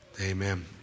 Amen